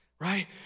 Right